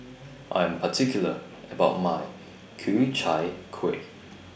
I'm particular about My Ku Chai Kuih